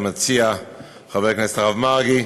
המציע חבר הכנסת הרב מרגי.